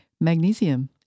magnesium